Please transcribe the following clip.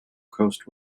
coast